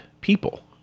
people